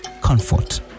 Comfort